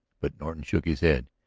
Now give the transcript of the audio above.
but norton shook his head.